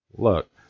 Look